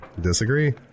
Disagree